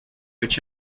which